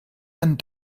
and